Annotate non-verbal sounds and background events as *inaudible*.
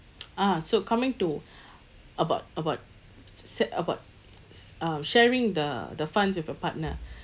ah so coming to *breath* about about set~ about s~ uh sharing the the funds with your partner *breath*